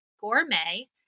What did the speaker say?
Gourmet